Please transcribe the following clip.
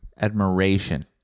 Admiration